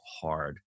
hard